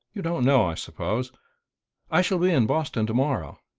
you don't know, i suppose i shall be in boston tomorrow.